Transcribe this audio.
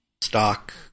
stock